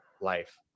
life